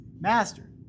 Master